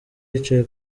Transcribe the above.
yicaye